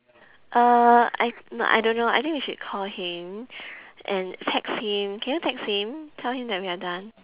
uh I I don't know I think we should call him and text him can you text him tell him that we are done